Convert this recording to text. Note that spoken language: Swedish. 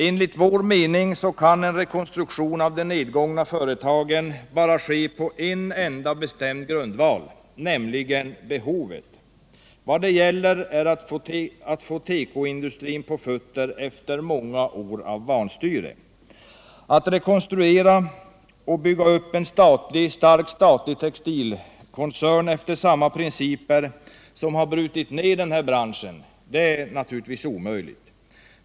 Enligt vår mening kan en rekonstruktion av de nedgångna företagen bara företas på en enda bestämd grundval, nämligen behovet. Vad det gäller är att få tekoindustrin på fötter efter många år av vanstyre. Att rekonstruera och bygga upp en statlig stark textilkoncern efter samma principer som de som har brutit ner branschen är naturligtvis omöjligt.